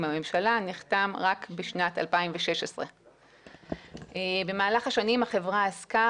הממשלה נחתם רק בשנת 2016. במהלך השנים החברה עסקה